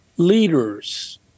leaders